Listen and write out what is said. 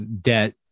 debt